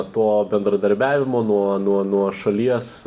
to bendradarbiavimo nuo nuo nuo šalies